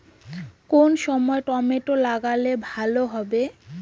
কোন সময় টমেটো লাগালে ভালো হবে?